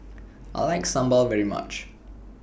I like Sambal very much